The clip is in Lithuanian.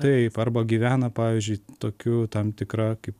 taip arba gyvena pavyzdžiui tokiu tam tikra kaip